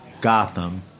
gotham